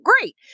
great